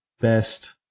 best